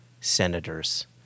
senators